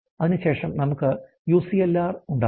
അതിനുശേഷം നമുക്ക് UCL R ഉണ്ടാകും